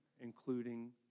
including